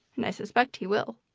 and i suspect he will.